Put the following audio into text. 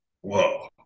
Whoa